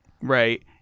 right